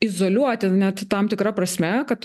izoliuoti net tam tikra prasme kad